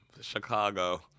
Chicago